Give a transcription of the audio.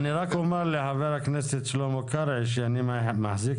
אני רק אומר לחבר הכנסת שלמה קרעי שאני מחזיק